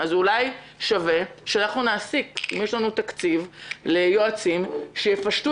אז אולי כדאי שאנחנו נעסיק אם יש לנו תקציב יועצים שיְפשטו